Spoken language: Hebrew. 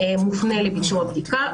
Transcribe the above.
מופנה לביצוע בדיקה.